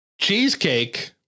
cheesecake